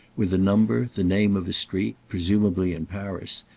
with a number, the name of a street, presumably in paris,